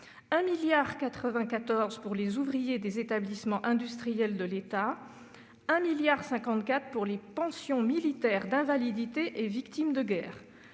1,94 milliard d'euros pour les ouvriers des établissements industriels de l'État ; 1,54 milliard d'euros pour les pensions militaires d'invalidité et victimes de guerre.